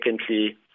secondly